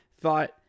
Thought